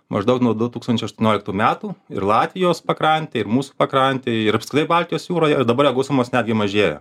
maždaug nuo du tūkstančiai aštuonioliktų metų ir latvijos pakrantėj ir mūsų pakrantėj ir apskritai baltijos jūroje dabar jo gausumas netgi mažėja